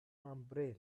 umbrella